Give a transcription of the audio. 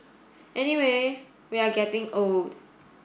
anyway we are getting old